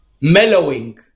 mellowing